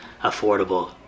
affordable